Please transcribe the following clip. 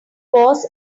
was